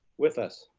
with us?